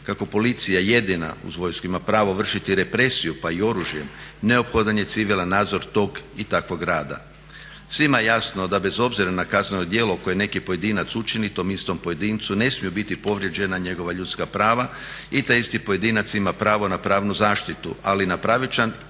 Kako policija jedina uz vojsku ima pravo vršiti represiju pa i oružjem neophodan je civilan nadzor tog i takvog rada. Svima je jasno da bez obzira na kazneno djelo koje neki pojedinac učini tom istom pojedincu ne smiju biti povrijeđena njegova ljudska prava i taj isti pojedinac ima pravo na pravnu zaštitu ali na pravičan